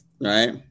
Right